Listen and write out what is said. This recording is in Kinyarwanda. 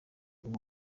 uwo